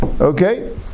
Okay